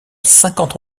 cinquante